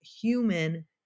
human